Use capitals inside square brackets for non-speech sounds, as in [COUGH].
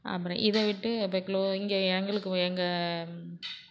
அப்புறம் இதை விட்டு [UNINTELLIGIBLE] இங்கே எங்களுக்கு எங்கள்